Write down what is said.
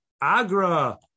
agra